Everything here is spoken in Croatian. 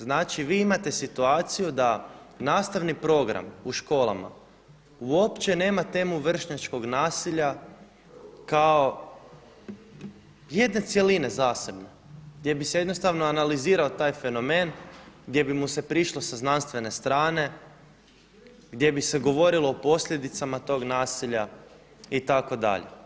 Znači vi imate situaciju da nastavni program u školama uopće nema temu vršnjačkog nasilja kao jedne cjeline zasebne gdje bi se jednostavno analizirao taj fenomen, gdje bi mu se prišlo sa znanstvene strane, gdje bi se govorilo o posljedicama tog nasilja itd.